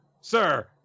sir